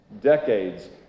decades